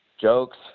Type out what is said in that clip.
jokes